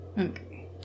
Okay